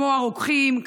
כמו הרוקחים,